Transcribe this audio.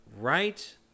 Right